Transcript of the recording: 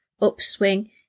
upswing